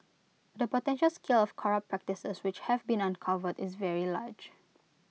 the potential scale of corrupt practices which have been uncovered is very large